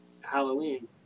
Halloween